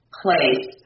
place